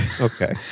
Okay